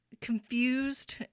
confused